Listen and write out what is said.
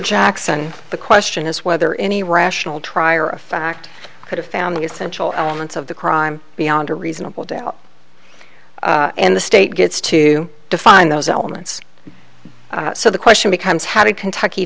jackson the question is whether any rational trier of fact could have found the essential elements of the crime beyond a reasonable doubt and the state gets to define those elements so the question becomes how did kentucky